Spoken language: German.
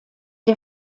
der